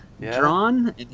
drawn